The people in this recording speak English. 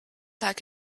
like